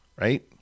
right